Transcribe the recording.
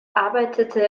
arbeitete